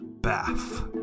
bath